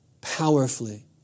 powerfully